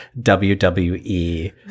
WWE